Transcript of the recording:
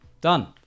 done